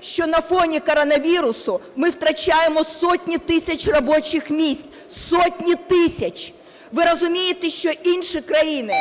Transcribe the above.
що на фоні коронавірусу ми втрачаємо сотні тисяч робочих місць – сотні тисяч. Ви розумієте, що інші країни